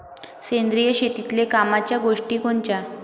सेंद्रिय शेतीतले कामाच्या गोष्टी कोनच्या?